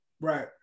right